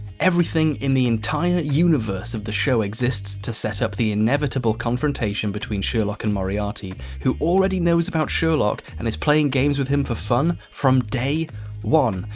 everything in the entire universe of the show exists to set up the inevitable confrontation between sherlock and moriarty. who already knows about sherlock, and is playing games with him for fun from day one.